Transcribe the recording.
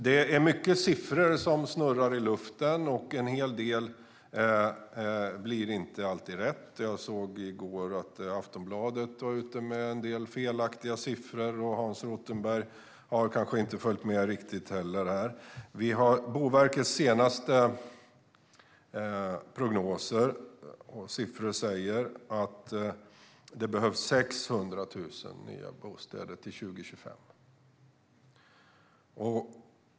Det är många siffror som snurrar i luften, och en hel del blir inte alltid rätt. Jag såg i går att Aftonbladet var ute med en del felaktiga siffror, och Hans Rothenberg har kanske inte heller följt med riktigt här. Boverkets senaste prognos säger att det behövs 600 000 nya bostäder till 2025.